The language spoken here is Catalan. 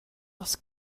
als